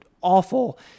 awful